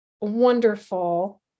wonderful